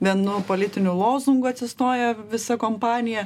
vienu politiniu lozungu atsistoja visa kompanija